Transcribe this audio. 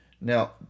Now